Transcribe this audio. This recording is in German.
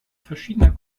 verschiedener